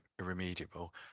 irremediable